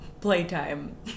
playtime